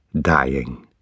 dying